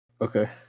okay